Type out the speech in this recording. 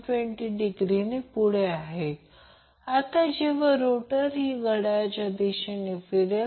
2 Ω असेल परंतु आता XC 2 Ω आणि 8 Ω दरम्यान व्हेरिएबल आहे